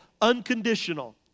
unconditional